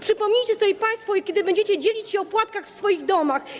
Przypomnijcie sobie państwo o tym, kiedy będziecie dzielić się opłatkiem w swoich domach.